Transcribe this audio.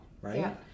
right